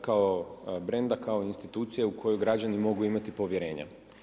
kao brenda, kao institucije u koju građani mogu imati povjerenja.